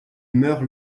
meurt